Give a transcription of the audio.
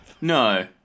No